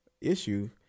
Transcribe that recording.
issue